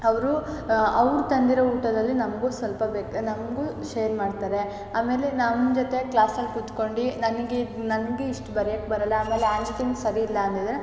ಅವರು ಅವ್ರು ತಂದಿರೋ ಊಟದಲ್ಲಿ ನಮಗೂ ಸ್ವಲ್ಪ ಬೇಕು ನಮಗೂ ಶೇರ್ ಮಾಡ್ತಾರೆ ಆಮೇಲೆ ನಮ್ಮ ಜೊತೆ ಕ್ಲಾಸಲ್ಲಿ ಕೂತ್ಕೊಂಡು ನನಗೆ ಇದು ನನಗೆ ಇಷ್ಟು ಬರೆಯೋಕ್ ಬರೋಲ್ಲ ಆಮೇಲೆ ಆ್ಯಂಡ್ ರೈಟಿಂಗ್ ಸರಿಯಿಲ್ಲ ಅಂದಿದ್ದರೆ